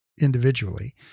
individually